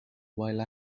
while